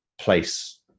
Place